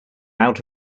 out